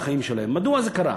מדוע זה קרה?